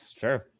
sure